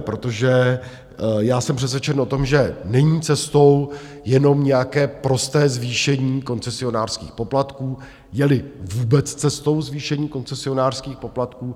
Protože já jsem přesvědčen o tom, že není cestou jenom nějaké prosté zvýšení koncesionářských poplatků, jeli vůbec cestou zvýšení koncesionářských poplatků.